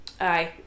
aye